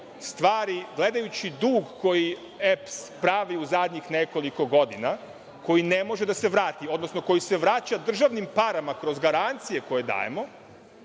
stvari, gledajući dug koji EPS pravi u zadnjih nekoliko godina, koji ne može da se vrati, odnosno koji se vraća državnim parama kroz garancije koje dajemo,